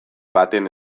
baten